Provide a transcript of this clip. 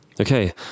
Okay